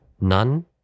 None